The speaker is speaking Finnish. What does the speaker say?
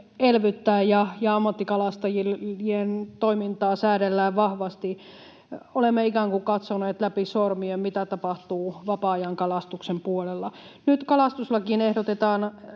elvyttää ja ammattikalastajien toimintaa säädellään vahvasti, olemme ikään kuin katsoneet läpi sormien, mitä tapahtuu vapaa-ajankalastuksen puolella. Nyt kalastuslakiin ehdotetaan